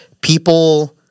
people